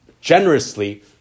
generously